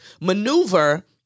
maneuver